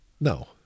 No